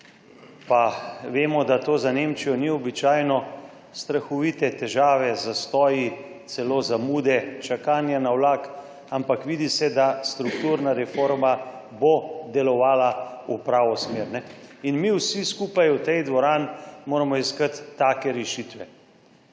pa vemo, da to za Nemčijo ni običajno, strahovite težave z zastoji, celo zamude čakanja na vlak, ampak vidi se, da strukturna reforma bo delovala v pravo smer. In mi vsi skupaj v tej dvorani moramo iskati take rešitve.